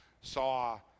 saw